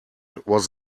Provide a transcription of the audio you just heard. was